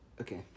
Okay